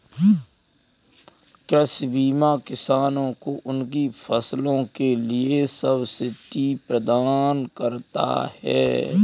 कृषि बीमा किसानों को उनकी फसलों के लिए सब्सिडी प्रदान करता है